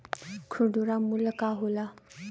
खुदरा मूल्य का होला?